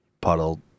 puddle